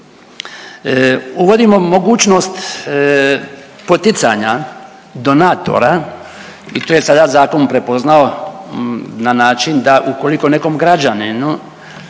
Uvodimo mogućnost poticanja donatora i to je sada zakon prepoznao na način da ukoliko nekom građaninu